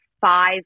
five